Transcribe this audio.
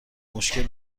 مشکل